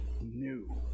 new